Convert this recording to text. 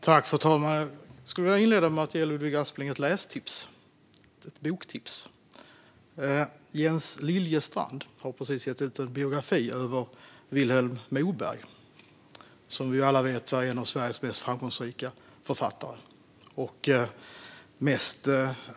Fru talman! Jag skulle vilja inleda med att ge Ludvig Aspling ett boktips. Jens Liljestrand har precis gett ut en biografi över Vilhelm Moberg, som ju alla vet var en av Sveriges mest framgångsrika författare.